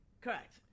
Correct